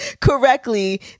correctly